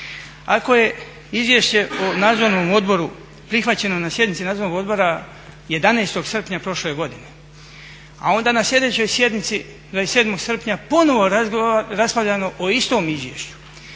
ako je izvješće o Nadzornom odboru prihvaćeno na sjednici Nadzornog odbora 11. srpnja prošle godine, a onda na sljedećoj sjednici 27. srpnja ponovno raspravljano o istom izvješću.